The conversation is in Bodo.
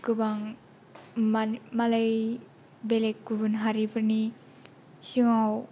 गोबां मालाय बेलेग गुबुन हारिफोरनि सिगाङाव